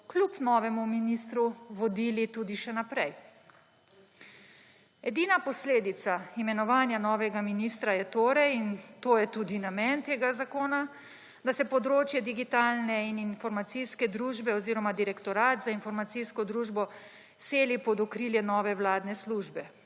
kljub novemu ministru vodili tudi še naprej. Edina posledica imenovanja novega ministra je torej, in to je tudi namen tega zakona, da se področje digitalne in informacijske družbe oziroma Direktorat za informacijsko družbo seli pod okrilje nove vladne službe.